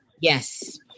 Yes